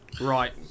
Right